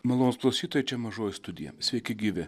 malonūs klausytojai čia mažoji studija sveiki gyvi